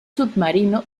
submarino